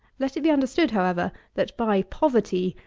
let it be understood, however, that, by poverty,